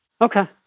Okay